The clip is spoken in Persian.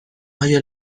آیا